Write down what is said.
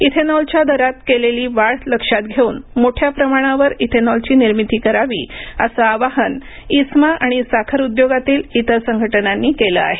इथेनॉलच्या दरात केलेली वाढ लक्षात घेऊन मोठ्या प्रमाणावर इथेनॉलची निर्मिती करावी असं आवाहन इस्मा आणि साखर उद्योगातील इतर संघटनांनी केलं आहे